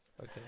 Okay